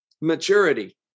maturity